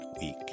week